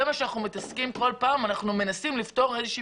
אנחנו מתעסקים כאשר כל פעם אנחנו מנסים לפתור איזושהי